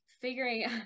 figuring